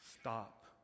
stop